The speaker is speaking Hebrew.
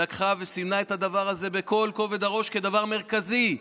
לקחה וסימנה את הדבר הזה בכל כובד הראש כדבר מרכזי.